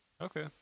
okay